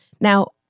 Now